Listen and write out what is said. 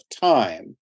time